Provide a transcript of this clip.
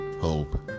hope